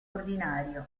ordinario